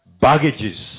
Baggages